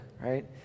right